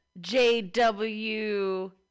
JW